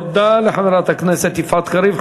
תודה לחברת הכנסת יפעת קריב.